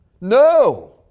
No